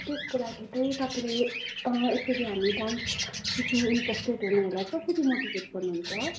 त्यसको लागि चाहिँ तपाईँले यसरी हामी डान्स सिक्नु इन्ट्रेस्टेड हुनेहरूलाई कसरी मोटिभेट गर्नुहुन्छ